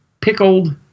pickled